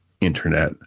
internet